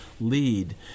lead